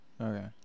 okay